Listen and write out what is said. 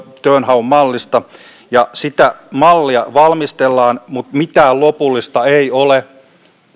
työnhaun mallista ja sitä mallia valmistellaan mutta mitään lopullista ei ole